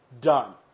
done